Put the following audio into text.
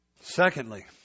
Secondly